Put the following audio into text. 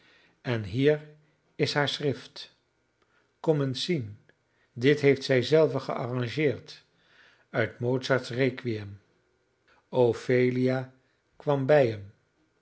en hier is haar schrift kom eens zien dit heeft zij zelve gearrangeerd uit mozarts requiem ophelia kwam bij hem